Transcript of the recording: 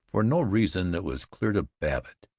for no reason that was clear to babbitt,